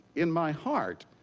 in my heart,